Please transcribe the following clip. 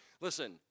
Listen